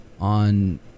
on